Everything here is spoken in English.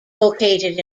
located